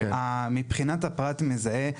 מבחינת הפרט המזהה,